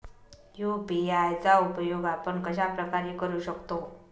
UPI चा उपयोग आपण कशाप्रकारे करु शकतो?